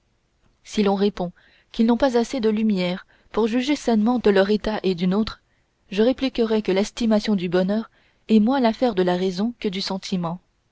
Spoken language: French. si l'on répond qu'ils n'ont pas assez de lumières pour juger sainement de leur état et du nôtre je répliquerai que l'estimation du bonheur est moins l'affaire de la raison que du sentiment